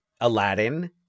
Aladdin